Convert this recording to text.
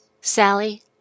Sally